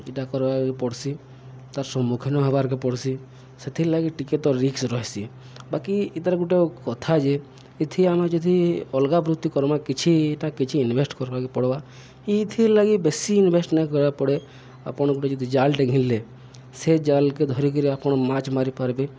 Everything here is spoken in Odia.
ଏଇଟା କର୍ବାକେ ପଡ଼୍ସି ତାର୍ ସମ୍ମୁଖୀନ ହେବାର୍କେ ପଡ଼୍ସି ସେଥିର୍ ଲାଗି ଟିକେ ତ ରିକ୍ସ ରହିସି ବାକି ଏଇ ତାର ଗୋଟେ କଥା ଯେ ଏଥି ଆମେ ଯଦି ଅଲଗା ବୃତ୍ତି କର୍ମା କିଛିଟା କିଛି ଇନଭେଷ୍ଟ କର୍ବାକେ ପଡ଼୍ବା ଇଥିର୍ ଲାଗି ବେଶୀ ଇନଭେଷ୍ଟ ନାଇଁ କରିବାକୁ ପଡ଼େ ଆପଣ ଗୋଟେ ଯଦି ଜାଲ୍ ଟେ ଘିନ୍ଲେ ସେ ଜାଲ୍କେ ଧରିକିରି ଆପଣ ମାଛ ମାରି ପାରିବେ